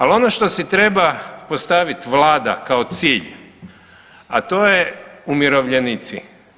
Ali ono što si treba postaviti Vlada kao cilj, a to je umirovljenici.